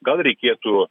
gal reikėtų